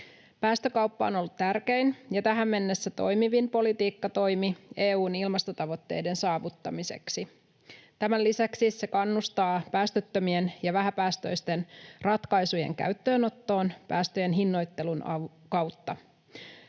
Päästökauppa on ollut tärkein ja tähän mennessä toimivin politiikkatoimi EU:n ilmastotavoitteiden saavuttamiseksi. Tämän lisäksi se kannustaa päästöttömien ja vähäpäästöisten ratkaisujen käyttöönottoon päästöjen hinnoittelun kautta.